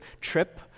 trip